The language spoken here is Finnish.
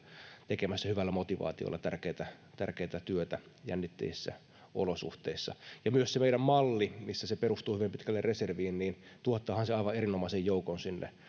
tekemässä hyvällä motivaatiolla tärkeätä työtä jännitteisissä olosuhteissa meidän malli perustuu hyvin pitkälle reserviin ja tuottaahan se aivan erinomaisen joukon sinne